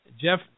Jeff